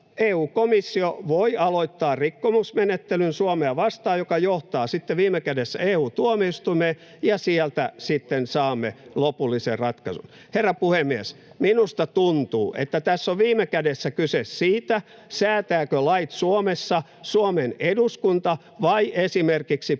EU-komissio voi aloittaa rikkomusmenettelyn Suomea vastaan, joka johtaa sitten viime kädessä EU-tuomioistuimeen, ja sieltä sitten saamme lopullisen ratkaisun. Herra puhemies! Minusta tuntuu, että tässä on viime kädessä kyse siitä, säätääkö lait Suomessa Suomen eduskunta vai esimerkiksi professorit